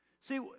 See